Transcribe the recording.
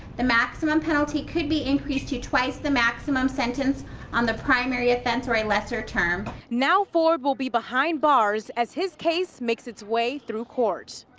the maximum penalty could be increased to twice the maximum sentence on the primary offense or a lesser term. now, ford will be behind bars as his case makes its way through court.